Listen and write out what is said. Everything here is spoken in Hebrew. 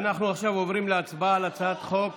אנחנו עכשיו עוברים להצבעה על הצעת חוק